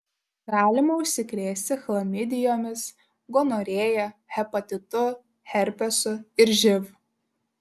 galima užsikrėsti chlamidijomis gonorėja hepatitu herpesu ir živ